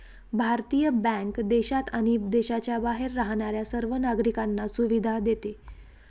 भारतीय बँक देशात आणि देशाच्या बाहेर राहणाऱ्या सर्व नागरिकांना सुविधा देते